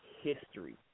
history